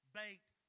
baked